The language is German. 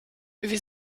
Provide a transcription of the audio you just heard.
wie